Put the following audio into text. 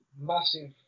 massive